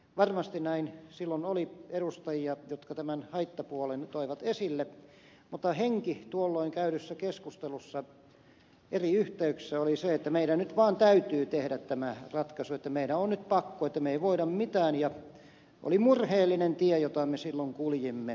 varmasti näin silloin oli edustajia jotka tämän haittapuolen toivat esille mutta henki tuolloin käydyssä keskustelussa eri yhteyksissä oli se että meidän nyt vaan täytyy tehdä tämä ratkaisu että meidän on nyt pakko että me emme voi mitään ja oli murheellinen tie jota me silloin kuljimme